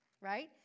right